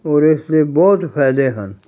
ਔਰ ਇਸ ਦੇ ਬਹੁਤ ਫ਼ਾਇਦੇ ਹਨ